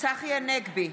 צחי הנגבי,